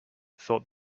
thought